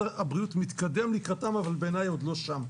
הבריאות מתקדם לקראתם אבל בעיניי הוא עוד לא שם.